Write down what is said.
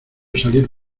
salir